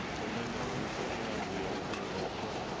and then are we voting on the alternate and also?